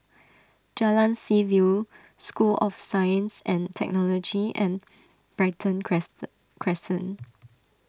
Jalan Seaview School of Science and Technology and Brighton Crescent Crescent